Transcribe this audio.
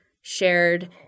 shared